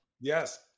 Yes